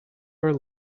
our